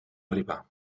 riba